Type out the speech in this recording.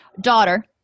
daughter